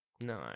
No